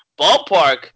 Ballpark